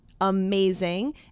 amazing